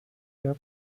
der